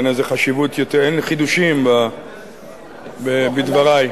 אין חידושים בדברי.